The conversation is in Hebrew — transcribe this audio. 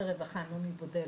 נעמי בודל,